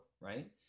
right